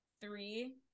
three